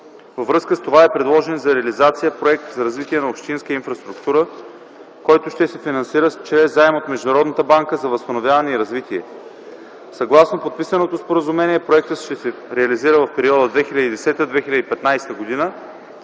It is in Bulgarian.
Във връзка с това е предложен за реализация „Проект за развитие на общинската инфраструктура”, който ще се финансира чрез заем от Международната банка за възстановяване и развитие. Съгласно подписаното споразумение проектът ще се реализира в периода 2010-2015 г.,